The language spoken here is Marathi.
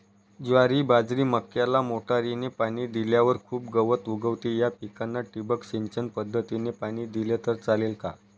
ज्वारी, बाजरी, मक्याला मोटरीने पाणी दिल्यावर खूप गवत उगवते, या पिकांना ठिबक सिंचन पद्धतीने पाणी दिले तर चालेल का?